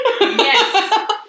Yes